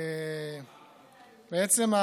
בעצם,